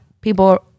people